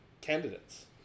candidates